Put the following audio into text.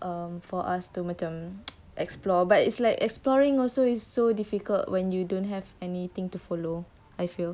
um for us to macam explore but it's like exploring also is so difficult when you don't have anything to follow I feel